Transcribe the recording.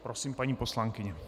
Prosím, paní poslankyně.